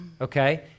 okay